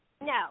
No